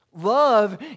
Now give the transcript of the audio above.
Love